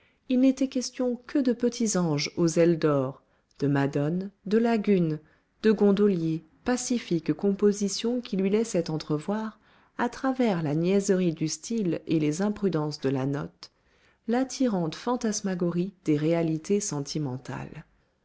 il n'était question que de petits anges aux ailes d'or de madones de lagunes de gondoliers pacifiques compositions qui lui laissaient entrevoir à travers la niaiserie du style et les imprudences de la note l'attirante fantasmagorie des réalités sentimentales